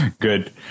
Good